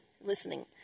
listening